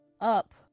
up